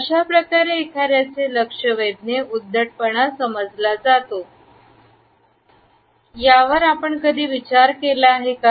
अशाप्रकारे एखाद्याचे लक्ष वेधणे उद्धटपणा समजला जातो का यावर आपण कधी विचार केला आहे का